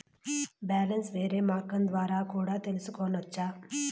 Balance వేరే మార్గం ద్వారా కూడా తెలుసుకొనొచ్చా?